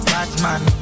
Batman